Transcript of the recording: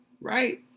right